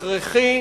הכרחי,